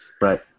Right